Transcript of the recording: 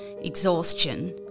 exhaustion